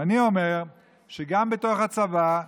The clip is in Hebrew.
ואני אומר שגם בתוך הצבא,